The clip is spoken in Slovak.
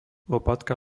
lopatka